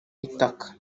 itaka